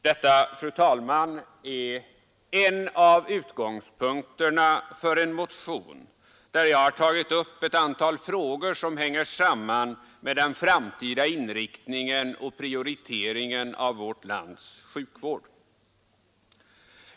Detta är, fru talman, en av utgångspunkterna för min motion 1201, där jag har tagit upp ett antal frågor som hänger samman med den framtida inriktningen och prioriteringen av vårt lands sjukvård.